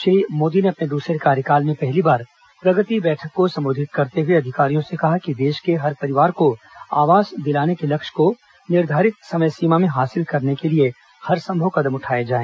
श्री मोदी ने अपने दूसरे कार्यकाल में पहली बार प्रगति बैठक को संबोधित करते हए अधिकारियों से कहा कि देश के हर परिवार को आवास दिलाने के लक्ष्य को निर्धारित समय सीमा में हासिल करने के लिए हरसंभव कदम उठाए जाए